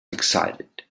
excited